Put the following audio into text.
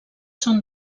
són